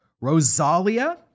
Rosalia